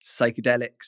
psychedelics